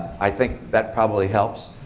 i think that probably helps.